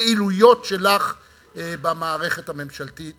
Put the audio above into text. הפעילויות שלך במערכת הממשלתית.